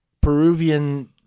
Peruvian